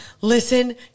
listen